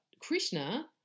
Krishna